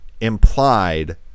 implied